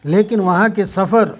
لیکن وہاں کے سفر